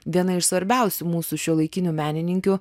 viena iš svarbiausių mūsų šiuolaikinių menininkių